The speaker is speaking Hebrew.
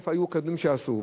איפה היו קווים שאסור,